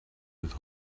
with